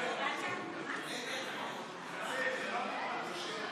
47) (הפסקת חברות בכנסת של חבר הכנסת המכהן כשר או כסגן שר),